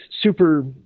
super –